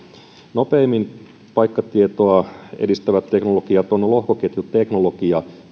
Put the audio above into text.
nopeimmin paikkatietoa edistävät teknologiat ovat lohkoketjuteknologiat joilla